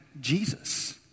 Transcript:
Jesus